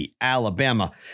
Alabama